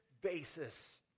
basis